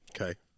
Okay